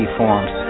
forms